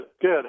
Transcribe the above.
good